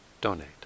donate